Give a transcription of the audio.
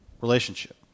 relationship